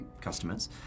customers